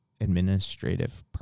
administrative